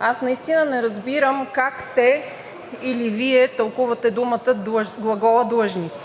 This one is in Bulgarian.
Аз наистина не разбирам как те или Вие тълкувате глагола „длъжни са“?